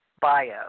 bio